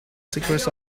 secrets